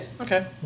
Okay